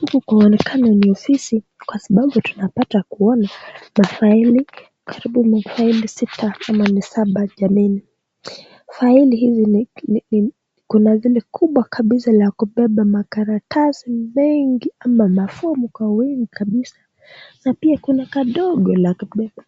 Huku kunaonekana ni ofisi kwa sababu Tunapata kuona mafaili karibu mafaili sita ama ni saba jameni . Faili hili kuna zile kubwa labisa la kubeba makaratasi mengi ama mafomu kwa wingi kabisa na pia kuna kadogo kabisa.